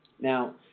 Now